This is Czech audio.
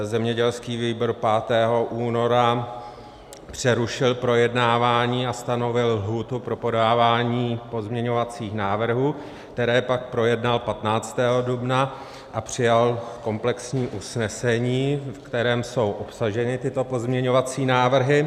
Zemědělský výbor 5. února přerušil projednávání a stanovil lhůtu pro podávání pozměňovacích návrhů, které pak projednal 15. dubna a přijal komplexní usnesení, v kterém jsou obsaženy tyto pozměňovací návrhy.